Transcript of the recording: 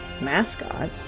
mascot